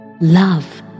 Love